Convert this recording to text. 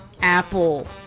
Apple